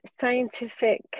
scientific